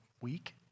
week